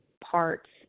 parts